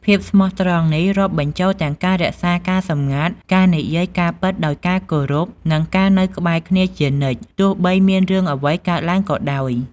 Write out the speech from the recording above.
ភាពស្មោះត្រង់នេះរាប់បញ្ចូលទាំងការរក្សាការសម្ងាត់ ការនិយាយការពិតដោយការគោរព និងការនៅក្បែរគ្នាជានិច្ច ទោះបីមានរឿងអ្វីកើតឡើងក៏ដោយ។